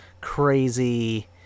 crazy